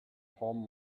home